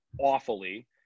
awfully